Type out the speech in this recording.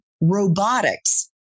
robotics